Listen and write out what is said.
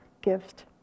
gift